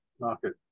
market